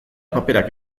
paperak